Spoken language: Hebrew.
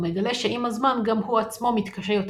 ומגלה שעם הזמן גם הוא עצמו מתקשה יותר